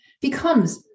becomes